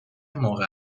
موقع